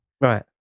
Right